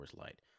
Light